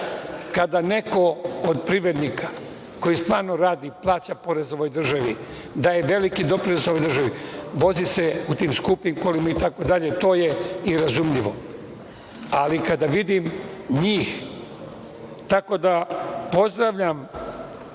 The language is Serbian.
kada neko od privrednika koji stvarno radi, plaća porez ovoj državi, daje veliki doprinos ovoj državi, vozi se u tim skupim kolima itd. to je i razumljivo, ali kada vidim njih…Tako da pozdravljam